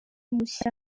mushya